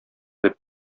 дип